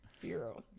Zero